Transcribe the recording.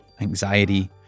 Anxiety